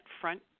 front